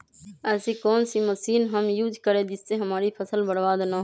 ऐसी कौन सी मशीन हम यूज करें जिससे हमारी फसल बर्बाद ना हो?